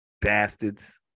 Bastards